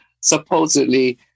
supposedly